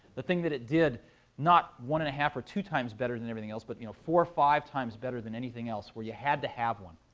the thing that it did not one and a half or two times better than everything else, but you know four or five times better than anything else, where you had to have one.